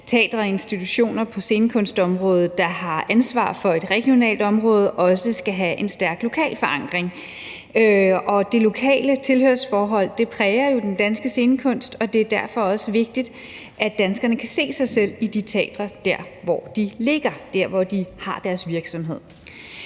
teatre og institutioner på scenekunstområdet, der har ansvar for et regionalt område, også skal have en stærk lokal forankring. Det lokale tilhørsforhold præger jo den danske scenekunst, og det er derfor også vigtigt, at danskerne kan se sig selv i de teatre, der, hvor de ligger, der, hvor de har deres virksomhed.